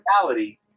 reality